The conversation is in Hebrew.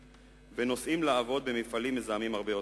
ונוסעים לעבוד במפעלים מזהמים הרבה יותר.